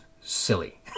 silly